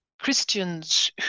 Christians